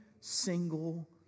single